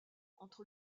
entre